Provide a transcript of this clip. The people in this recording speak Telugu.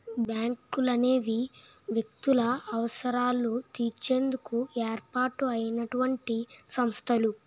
బ్యాంకులనేవి వ్యక్తుల అవసరాలు తీర్చేందుకు ఏర్పాటు అయినటువంటి సంస్థలు